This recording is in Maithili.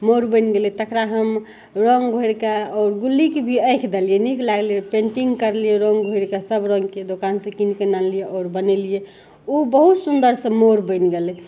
मोर बनि गेलय तकरा हम रङ्ग घोरिके आओर गुल्लीके भी आँखि देलियै नीक लागलय पेंटिंग करलियै रङ्ग घोरिके सब रङ्गके दोकानसँ कीनकऽ अनलियै आओर बनेलियै उ बहुत सुन्दरसँ मोर बनि गेलय